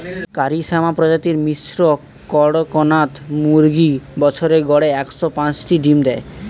কারি শ্যামা প্রজাতির মিশ্র কড়কনাথ মুরগী বছরে গড়ে একশ পাঁচটি ডিম দেয়